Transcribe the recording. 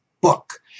book